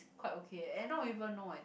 quite okay eh and not even know and